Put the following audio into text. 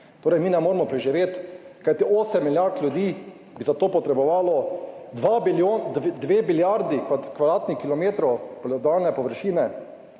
torej mi ne moremo preživeti, kajti 8 milijard ljudi bi za to potrebovalo 2 milijardi kvadratnih kilometrov obdelovalne površine,